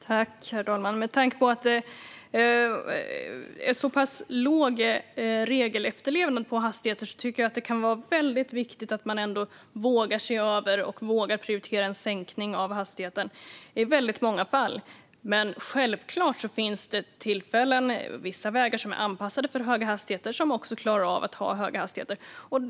Herr talman! Med tanke på att det är så pass låg regelefterlevnad på hastigheter tycker jag att det är viktigt att man vågar se över detta och vågar prioritera en sänkning av hastigheten i väldigt många fall. Men självklart finns det vägar som är anpassade för höga hastigheter som också klarar höga hastigheter.